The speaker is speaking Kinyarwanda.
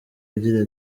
agira